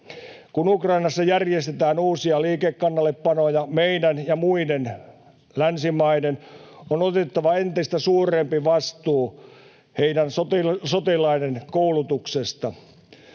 Kun Ukrainassa järjestetään uusia liikekannallepanoja, meidän ja muiden länsimaiden on otettava entistä suurempi vastuu heidän sotilaidensa koulutuksesta.